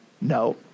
No